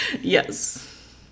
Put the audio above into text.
Yes